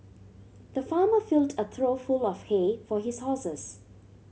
the farmer filled a trough full of hay for his horses